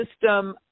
system